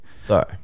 sorry